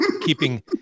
keeping